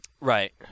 Right